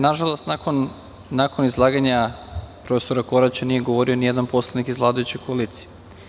Nažalost, nakon izlaganja profesora Koraća nije govorio nijedan poslanik iz vladajuće koalicije.